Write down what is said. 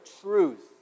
truth